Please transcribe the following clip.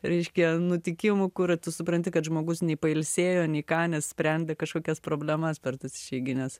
reiškia nutikimų kur tu supranti kad žmogus nei pailsėjo nei ką nes sprendė kažkokias problemas per tas išeigines